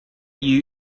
you